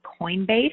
Coinbase